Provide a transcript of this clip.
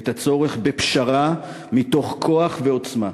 את הצורך בפשרה מתוך כוח ועוצמה.